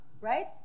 right